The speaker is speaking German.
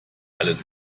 alles